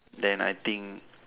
then I think